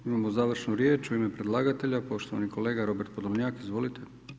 Imamo završnu riječ u ime predlagatelja, poštovani kolega Robert Podolnja, izvolite.